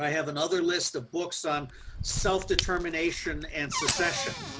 have another list of books on self determination and secession